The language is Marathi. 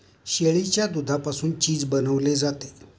शेळीच्या दुधापासून चीज बनवले जाते